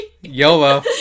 Yolo